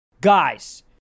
guys